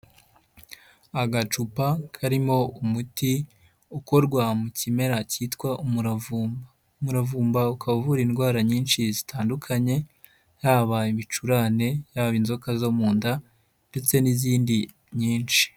Agacupa karimo umuti ukorwa mu kimera cyitwa umuravumba, umuravumba ukaba uvura indwara nyinshi zitandukanye, habaye ibicurane, haba inzoka zo mu nda ndetse n'izindi nyinshi.